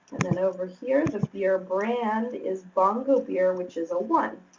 and then over here, the beer brand is bongo beer, which is a one.